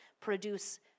produce